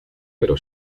pero